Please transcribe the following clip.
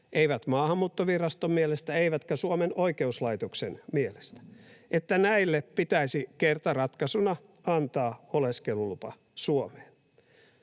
eivät Maahanmuuttoviraston mielestä eivätkä Suomen oikeuslaitoksen mielestä — pitäisi kertaratkaisuna antaa oleskelulupa Suomeen,